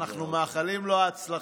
אנחנו מאחלים לו הצלחה.